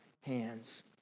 hands